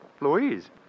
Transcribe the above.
louise